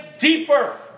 deeper